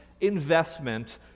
investment